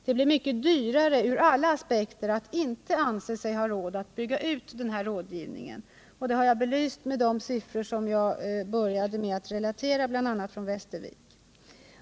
Det blir mycket dyrare ur alla aspekter att inte anse sig ha råd att bygga ut denna rådgivning. Det har jag belyst med de siffror som jag började mitt anförande med att relatera, bl.a. från Västervik.